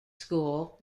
school